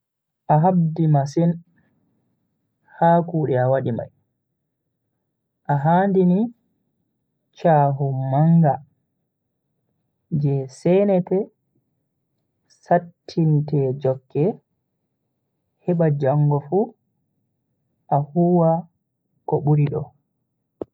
A habdi masin ha kuude a wadi mai, a handini chahu manga je seinete, sattin te jokke heba jango fu a huwa ko buri do.